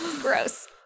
Gross